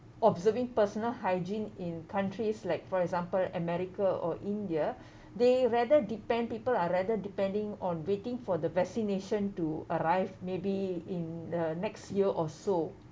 observing personal hygiene in countries like for example america or india they rather depend people are rather depending on waiting for the vaccination to arrive maybe in the next year or so